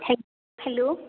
हॅ हॅलो